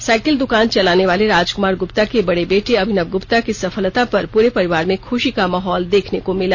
cycle द्वकान चलाने वाले राजकमार ग्रप्ता के बड़े बेटे अभिनव ग्रप्ता की इस सफलता पर पूरे परिवार में ख्शी का माहौल देखने को मिला